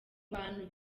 bantu